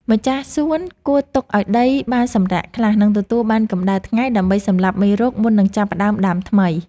ម្ចាស់សួនគួរទុកឱ្យដីបានសម្រាកខ្លះ និងទទួលបានកម្ដៅថ្ងៃដើម្បីសម្លាប់មេរោគមុននឹងចាប់ផ្តើមដាំថ្មី។